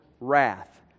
wrath